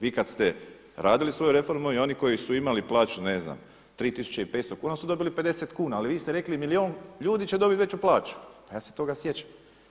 Vi kada ste radili svoju reformu i oni koji su imali plaće ne znam 3.500 kuna onda su dobili 50 kuna, ali vi ste rekli milijun ljudi će dobiti veću plaću, ja se toga sjećam.